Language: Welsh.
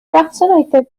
gwasanaethau